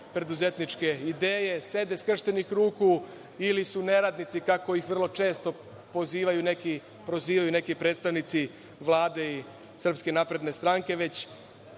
preduzetničke ideje, sede skrštenih ruku, ili su neradnici, kako ih vrlo često prozivaju neki predstavnici Vlade i SNS, već nedostaje